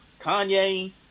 Kanye